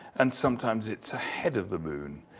and sometimes it's ahead of the moon.